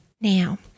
Now